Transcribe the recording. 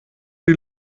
die